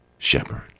shepherd